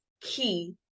Key